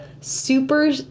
super